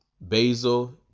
basil